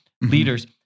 leaders